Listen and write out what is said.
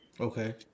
Okay